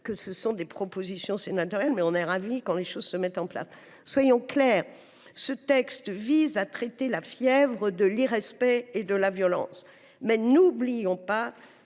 que ce sont des propositions sénatoriales. Nous sommes ravis qu’elles soient mises en œuvre. Soyons clairs : ce texte vise à traiter la fièvre de l’irrespect et de la violence. Mais n’oublions pas